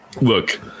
look